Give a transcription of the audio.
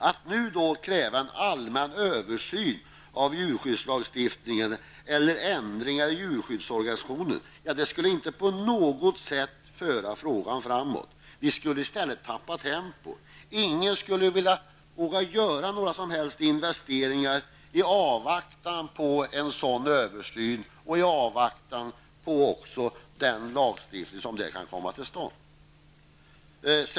Att nu kräva en allmän översyn av djurskyddslagstiftningen eller ändringar i djurskyddsorganisationen skulle inte på något sätt föra frågan framåt. Vi skulle i stället tappa tempo. Ingen skulle våga göra några som helst investeringar i avvaktan på en sådan översyn och i avvaktan på den lagstiftning som kan komma till stånd.